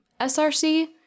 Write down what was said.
src